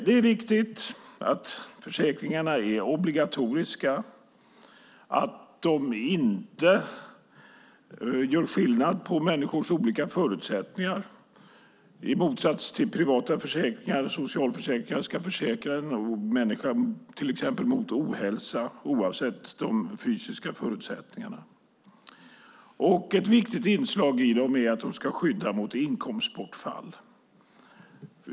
Det är viktigt att försäkringarna är obligatoriska och att de inte gör skillnad på människors olika förutsättningar. I motsats till privata socialförsäkringar ska de försäkra en människa mot ohälsa oavsett de fysiska förutsättningarna. Ett viktigt inslag i dem är att de ska skydda mot inkomstbortfall.